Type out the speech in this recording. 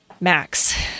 Max